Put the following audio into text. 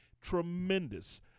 tremendous